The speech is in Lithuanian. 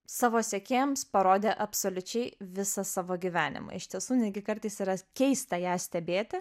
savo sekėjams parodė absoliučiai visą savo gyvenimą iš tiesų netgi kartais yra keista ją stebėti